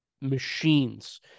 machines